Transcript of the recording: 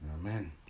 Amen